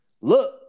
look